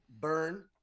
burn